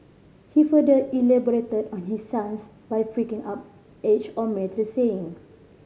he further elaborated on his stance by breaking up age old marital saying